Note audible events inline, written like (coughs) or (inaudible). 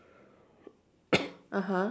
(breath) (coughs) uh huh)